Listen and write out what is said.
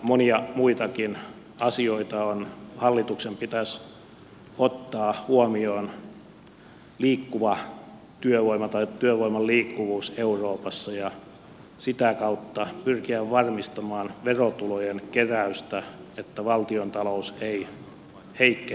monia muitakin asioita hallituksen pitäisi ottaa huomioon työvoiman liikkuvuus euroopassa ja sitä kautta pyrkiä varmistamaan verotulojen keräystä että valtiontalous ei heikkenisi ihan huomattavasti nykymenolla